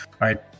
Right